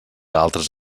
altres